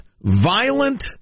violent